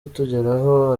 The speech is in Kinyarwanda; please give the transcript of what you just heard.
atugeraho